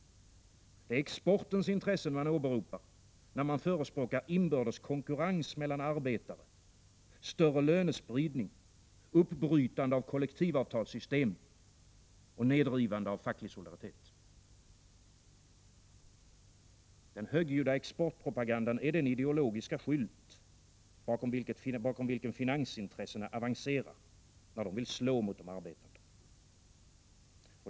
Det är exportens intressen man åberopar när man förespråkar inbördes konkurrens mellan arbetare, större lönespridning, uppbrytande av kollektivavtalssystem och nedrivande av facklig solidaritet. Den högljudda exportpropagandan är den ideologiska skylt bakom vilken finansintressena avancerar när de vill slå mot de arbetande.